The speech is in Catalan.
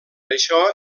això